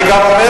אני גם אומר,